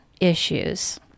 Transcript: issues